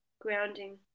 grounding